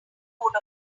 load